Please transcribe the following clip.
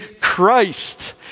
Christ